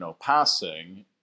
passing